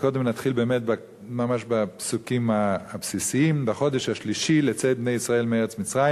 וקודם נתחיל בפסוקים הבסיסיים: "בחדש השלישי לצאת בני ישראל מארץ מצרים,